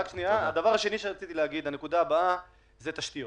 שנית, רציתי לדבר על תשתיות.